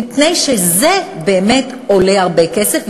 מפני שזה באמת עולה הרבה כסף,